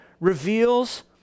reveals